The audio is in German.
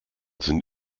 sind